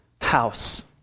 house